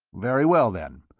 very well, then,